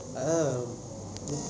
oh